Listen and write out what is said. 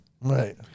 Right